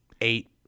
eight